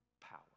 power